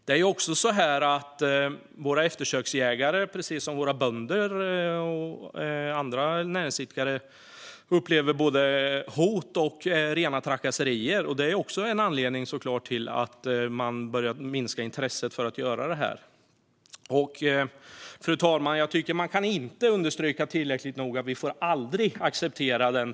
Det är också så att våra eftersöksjägare, precis som våra bönder och andra näringsidkare, upplever både hot och rena trakasserier. Det är såklart också en anledning till att intresset för att göra detta börjar att minska. Fru talman! Jag tycker att man inte nog kan understryka att vi aldrig får acceptera denna typ av agerande.